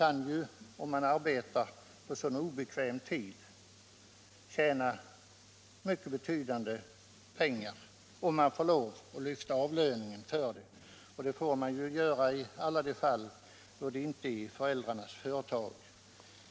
De som arbetar på så obekväm tid kan tjäna ihop mycket betydande belopp och får också lyfta lönen, utom då det är fråga om arbete i föräldrarnas företag.